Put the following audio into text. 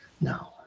No